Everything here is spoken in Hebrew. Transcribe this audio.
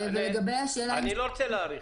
אני לא רוצה להאריך.